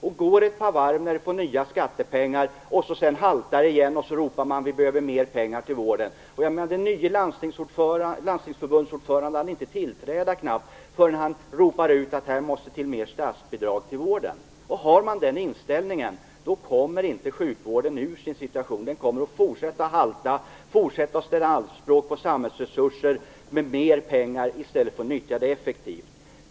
Det går ett par varv när det kommer in nya skattepengar, sedan haltar det återigen och man ropar efter mer pengar till vården. Den nye ordföranden för Landstingsförbundet hann knappt tillträda innan han ropade ut att det måste till mer statsbidrag till vården. Har man den inställningen kommer inte sjukvården ur denna situation. Den kommer att fortsätta att halta och att ställa anspråk på samhällsresurser i stället för att utnyttja pengarna effektivt.